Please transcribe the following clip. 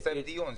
הדיון.